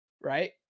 Right